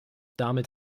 damit